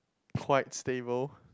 quite stable